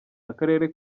akarere